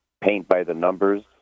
paint-by-the-numbers